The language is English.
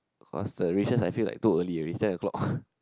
cause the recess I feel like too early already ten O clock